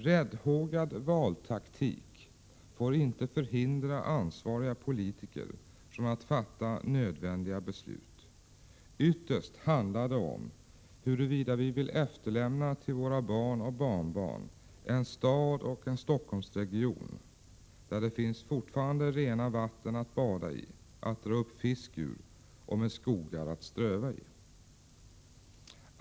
Räddhågad valtaktik får inte hindra ansvariga politiker från att fatta nödvändiga beslut. Ytterst handlar det om huruvida vi vill efterlämna till våra barn och barnbarn en stad och en Stockholmsregion där det fortfarande finns rena vatten att bada i och dra upp fisk ur och där det finns skogar att ströva i.